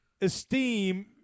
esteem